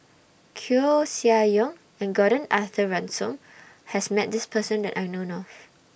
Koeh Sia Yong and Gordon Arthur Ransome has Met This Person that I know of